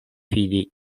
fidi